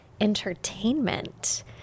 entertainment